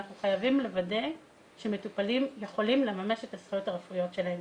אנחנו חייבים לוודא שמטופלים יכולים לממש את הזכויות הרפואיות שלהם.